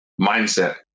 mindset